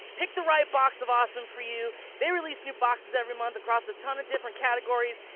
pick the right box of awesome for you. they release new boxes every month across a ton of different categories,